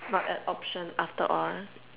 not an option after all